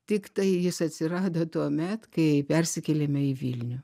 tiktai jis atsirado tuomet kai persikėlėme į vilnių